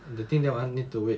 the thing I want need to wait